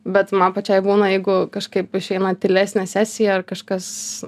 bet man pačiai būna jeigu kažkaip išeina tylesnė sesija ar kažkas